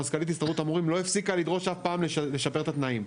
מזכ"לית הסתדרות המורים לא הפסיקה לדרוש אף פעם לשפר את התנאים.